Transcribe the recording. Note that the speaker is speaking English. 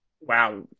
wow